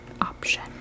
option